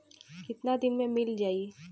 कितना दिन में मील जाई?